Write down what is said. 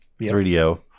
3DO